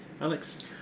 Alex